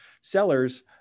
sellers